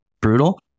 brutal